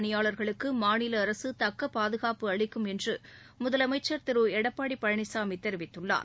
பணியாளர்களுக்கு மாநில அரசு தக்க பாதுகாப்பு அளிக்கும் என்று முதலமைச்ச் திரு எடப்பாடி பழனிசாமி தெரிவித்துள்ளார்